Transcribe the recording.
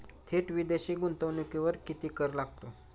थेट विदेशी गुंतवणुकीवर किती कर लागतो?